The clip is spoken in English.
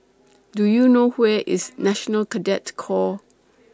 Do YOU know IS National Cadet Corps